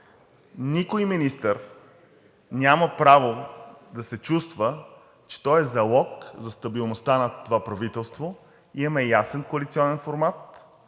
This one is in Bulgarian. никой министър няма право да се чувства, че той е залог за стабилността на това правителство. Имаме ясен коалиционен формат